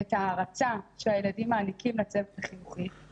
את ההערצה שהילדים מעניקים לצוות החינוכי,